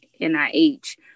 NIH